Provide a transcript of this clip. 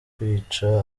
kwica